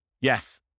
Yes